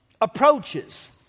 approaches